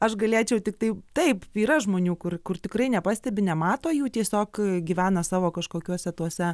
aš galėčiau tiktai taip yra žmonių kur kur tikrai nepastebi nemato jų tiesiog gyvena savo kažkokiuose tuose